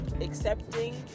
accepting